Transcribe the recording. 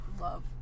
love